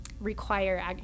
require